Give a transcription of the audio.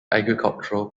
agricultural